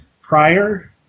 prior